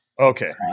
Okay